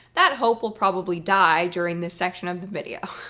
that hope will probably die during this section of the video.